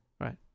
Right